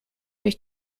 durch